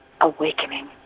awakening